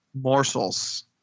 morsels